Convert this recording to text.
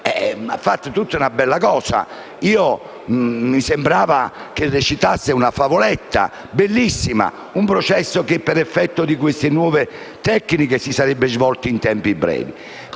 ha fatto un bel discorso; mi sembrava che recitasse una favoletta bellissima: un processo che per effetto di queste nuove tecniche si sarebbe svolto in tempi brevi.